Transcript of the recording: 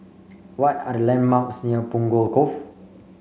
what are the landmarks near Punggol Cove